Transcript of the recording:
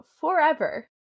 forever